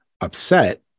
upset